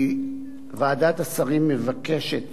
ועדת השרים מבקשת